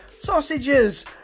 Sausages